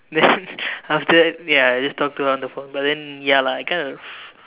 then after ya I just talk to her on the phone but then ya lah I kind of